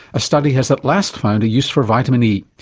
a study has at last found a use for vitamin e.